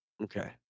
Okay